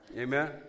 Amen